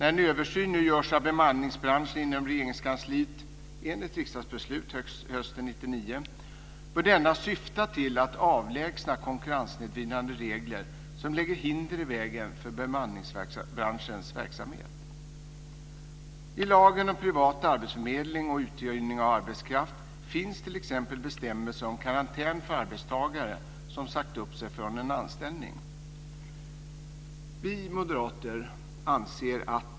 När en översyn nu görs av bemanningsbranschen inom Regeringskansliet enligt riksdagsbeslut hösten 1999 bör denna syfta till att avlägsna konkurrenssnedvridande regler som lägger hinder i vägen för bemanningsbranschens verksamhet. I lagen om privat arbetsförmedling och uthyrning av arbetskraft finns t.ex. en bestämmelse om karantän för arbetstagare som sagt upp sig från en anställning.